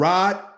Rod